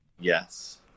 Yes